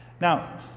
Now